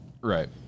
Right